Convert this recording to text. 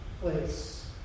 place